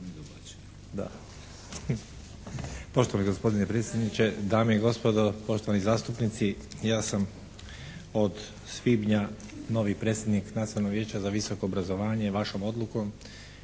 Poštovani gospodine predsjedniče, dame i gospodo, poštovani zastupnici. Ja sam od svibnja novi predsjednik Nacionalnog vijeća za visoko obrazovanje vašom odlukom